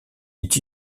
est